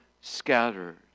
scattered